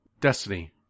Destiny